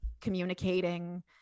communicating